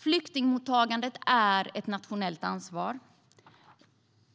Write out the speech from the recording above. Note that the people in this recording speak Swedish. Flyktingmottagandet är ett nationellt ansvar,